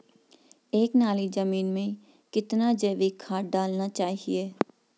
एक नाली जमीन में कितना जैविक खाद डालना चाहिए?